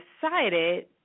decided